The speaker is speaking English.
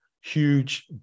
huge